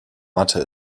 mathe